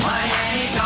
Miami